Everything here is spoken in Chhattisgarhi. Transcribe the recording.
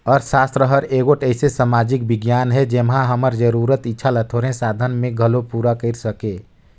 अर्थसास्त्र हर एगोट अइसे समाजिक बिग्यान हे जेम्हां हमर जरूरत, इक्छा ल थोरहें साधन में घलो पूरा कइर सके